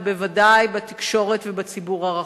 ובוודאי בתקשורת ובציבור הרחב.